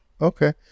Okay